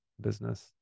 business